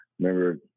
Remember